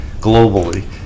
globally